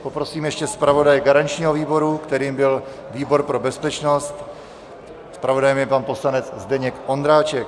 Poprosím ještě zpravodaje garančního výboru, kterým byl výbor pro bezpečnost, zpravodajem je pan poslanec Zdeněk Ondráček.